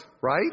right